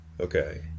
Okay